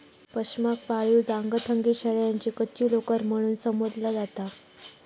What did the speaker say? पशमाक पाळीव चांगथंगी शेळ्यांची कच्ची लोकर म्हणून संबोधला जाता